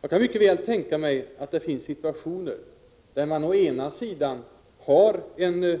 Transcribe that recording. Jag kan mycket väl tänka mig att det finns situationer där man å ena sidan driver en